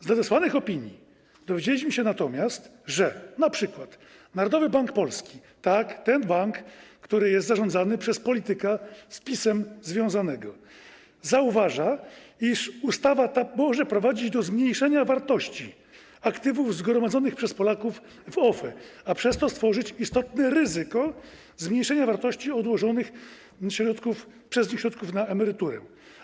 Z nadesłanych opinii dowiedzieliśmy się natomiast, że np. Narodowy Bank Polski - tak, ten bank, który jest zarządzany przez polityka związanego z PiS-em - zauważa, iż ustawa ta może prowadzić do zmniejszenia wartości aktywów zgromadzonych przez Polaków w OFE, a przez to - stworzyć istotne ryzyko zmniejszenia wartości środków odłożonych przez nich na emerytury.